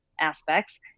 aspects